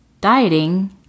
dieting